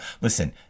listen